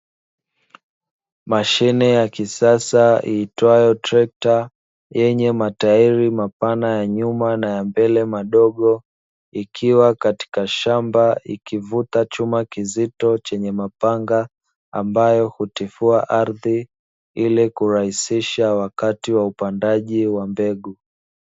Mashine ya kisasa iitwayo trekta yenye matairi mapana ya nyuma na ya mbele madogo, ikiwa katika shamba ikivuta chuma kizito chenye mapanga, ambayo hutifua ardhi ili kurahisisha wakati wa upandaji wa mbegu.